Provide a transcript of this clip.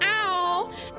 Ow